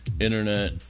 Internet